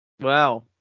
Wow